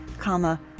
comma